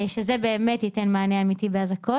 שזה באמת ייתן מענה אמיתי באזעקות.